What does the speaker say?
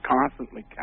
constantly